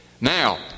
Now